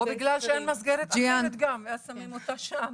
או בגלל שאין מסגרת אחרת, אז שמים אותה שם.